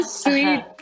sweet